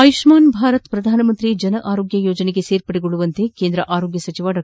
ಆಯುಷ್ಮಾನ್ ಭಾರತ್ ಪ್ರಧಾನಮಂತ್ರಿ ಜನ ಆರೋಗ್ಯ ಯೋಜನೆಗೆ ಸೇರ್ಪಡೆಗೊಳ್ಳುವಂತೆ ಕೇಂದ್ರ ಆರೋಗ್ಯ ಸಚಿವ ಡಾ